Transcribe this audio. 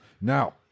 now